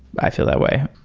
i feel that way.